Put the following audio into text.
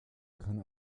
kann